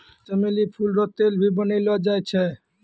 चमेली फूल रो तेल भी बनैलो जाय छै